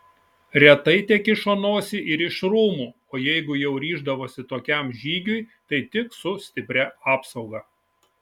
retai tekišo nosį ir iš rūmų o jeigu jau ryždavosi tokiam žygiui tai tik su stipria apsauga